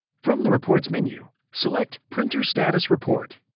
from the reports menu, select printer status report.